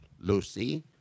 Lucy